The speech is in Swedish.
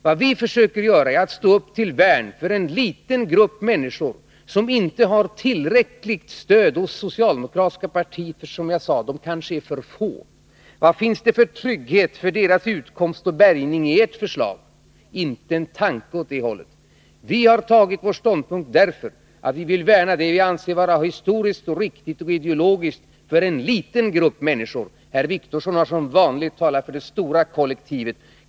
Vad vi försöker göra är att stå upp till värn för en liten grupp människor, som inte har tillräckligt stöd hos det socialdemokratiska partiet, för, som jag har sagt, de kanske är för få. Vad finns det för trygghet för deras utkomst och bärgning i ert förslag? Inte en tanke åt det hållet! Vi har intagit vår ståndpunkt därför att vi vill värna det vi anser vara historiskt och ideologiskt riktigt för en liten grupp människor. Herr Wictorsson har som vanligt talat för det stora kollektivet.